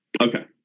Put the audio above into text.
Okay